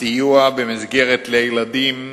סיוע במסגרת לילדים,